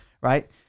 Right